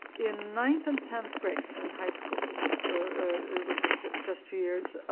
in ninth and tenth grade, so in high school, but which is just two years,